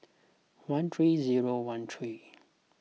one three zero one three